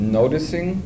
noticing